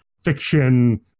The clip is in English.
fiction